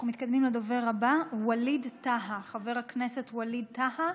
אנחנו מתקדמים לדובר הבא, חבר הכנסת ווליד טאהא,